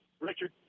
Richard